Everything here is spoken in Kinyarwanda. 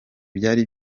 byari